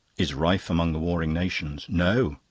is rife among the warring nations no,